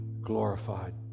Glorified